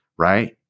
right